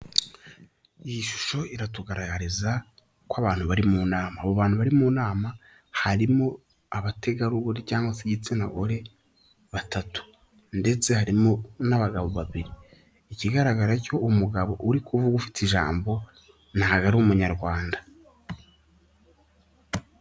Iyi shusho iratugaragariza ko abantu bari mu nama, abo bantu bari mu nama harimo abategarugori cyangwa se igitsinagore batatu ndetse harimo n'abagabo babiri, ikigaragara ko umugabo uri kuvuga ufite ijambo ntabwo ari umunyarwanda.